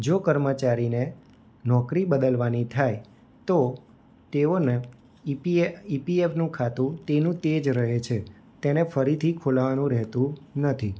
જો કર્મચારીને નોકરી બદલવાની થાય તો તેઓને ઇ પીએ ઈપીએફનું ખાતું તેનું તે જ રહે છે તેને ફરીથી ખોલાવાનું રહેતું નથી